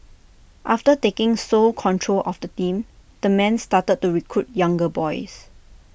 after taking sole control of the team the man started to recruit younger boys